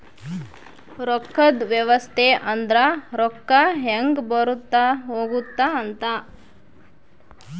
ರೊಕ್ಕದ್ ವ್ಯವಸ್ತೆ ಅಂದ್ರ ರೊಕ್ಕ ಹೆಂಗ ಬರುತ್ತ ಹೋಗುತ್ತ ಅಂತ